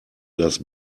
das